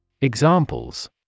Examples